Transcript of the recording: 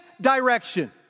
direction